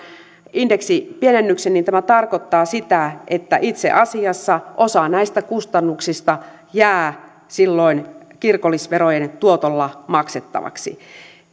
indeksipienennyksen niin tämä tarkoittaa sitä että itse asiassa osa näistä kustannuksista jää silloin kirkollisverojen tuotolla maksettavaksi